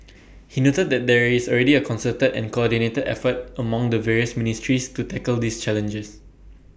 he noted that there is already A concerted and coordinated effort among the various ministries to tackle these challenges